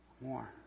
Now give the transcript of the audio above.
more